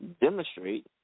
demonstrate